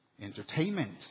entertainment